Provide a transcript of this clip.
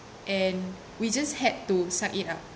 and we just had to suck it up